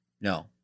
No